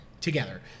together